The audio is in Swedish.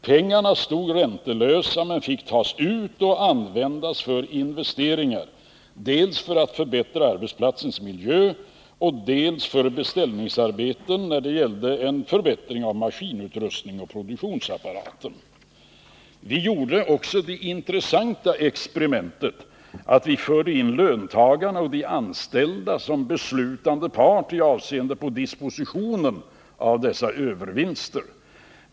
Pengarna stod räntelösa men fick tas ut och användas för investeringar dels för att förbättra miljön på arbetsplatserna, dels för beställningsarbeten avseende förbättringar av maskinutrustningen och produktionsapparaten i övrigt. Vi gjorde också det intressanta experimentet att vi förde in löntagarna och de anställda som beslutande part i avseende på dispositionen av dessa övervinster.